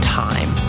time